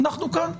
אנחנו כאן.